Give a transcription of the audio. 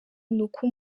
nuko